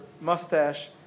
mustache